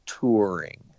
touring